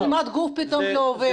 ומצלמת גוף פתאום לא עובדת.